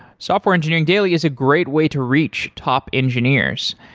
software engineering daily is a great way to reach top engineers.